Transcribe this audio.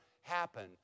happen